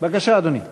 אדוני היושב-ראש,